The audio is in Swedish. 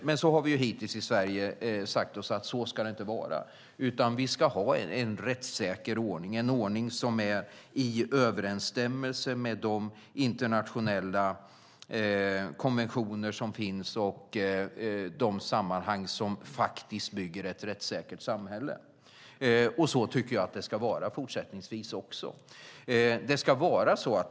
Men i Sverige har vi ju hittills sagt att så ska det inte vara, utan vi ska ha en rättssäker ordning som är i överensstämmelse med de internationella konventioner som finns och de sammanhang som faktiskt bygger ett rättssäkert samhälle. Så tycker jag att det ska vara även fortsättningsvis.